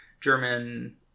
German